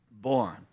born